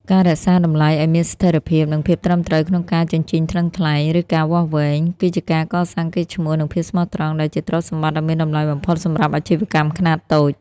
ការរក្សាតម្លៃឱ្យមានស្ថិរភាព និងភាពត្រឹមត្រូវក្នុងការជញ្ជីងថ្លឹងថ្លែង ឬការវាស់វែង គឺជាការកសាងកេរ្តិ៍ឈ្មោះ និងភាពស្មោះត្រង់ដែលជាទ្រព្យសម្បត្តិដ៏មានតម្លៃបំផុតសម្រាប់អាជីវកម្មខ្នាតតូច។